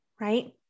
Right